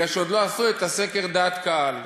כי עוד לא עשו את סקר דעת הקהל.